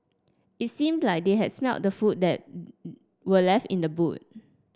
it seemed like they had smelt the food that were left in the boot